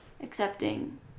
accepting